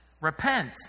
Repent